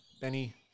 Benny